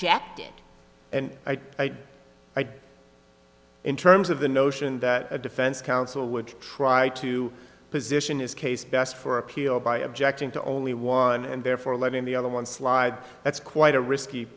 right in terms of the notion that a defense counsel would try to position is case best for appeal by objecting to only one and therefore letting the other one slide that's quite a risky